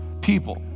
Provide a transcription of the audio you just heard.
People